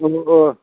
पन्द्र'